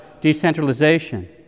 decentralization